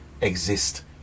exist